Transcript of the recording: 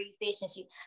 efficiency